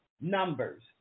Numbers